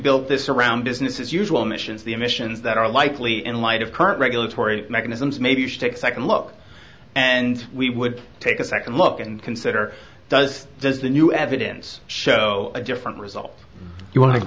built this around business as usual emissions the emissions that are likely in light of current regulatory mechanisms maybe you should take a second look and we would take a second look and consider does does the new evidence show a different result you wan